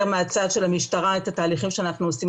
מהצד של המשטרה את התהליכים שאנחנו עושים,